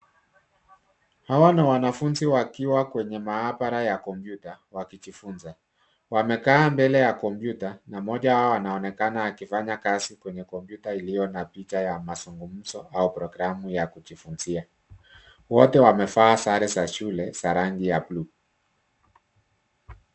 Hawa ni wanafunzi wakiwa kwenye maabara ya kompyuta wakijifunza. Wamekaa mbele ya kompyuta na mmoja wao anaonekana akifanya kazi kwenye kompyuta iliyo na picha ya mazungumzo au programu ya kujifunzia. Wote wamevaa sare za shule za rangi ya bluu.